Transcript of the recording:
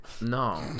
No